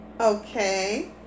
okay